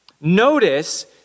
Notice